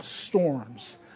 storms